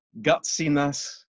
gutsiness